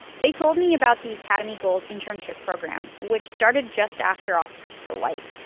they told me about the academy gold internship program, which started just after oscars so white.